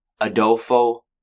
Adolfo